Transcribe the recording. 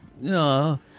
no